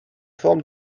forme